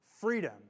freedom